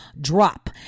drop